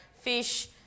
fish